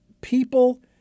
people